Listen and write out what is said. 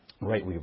right